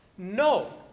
No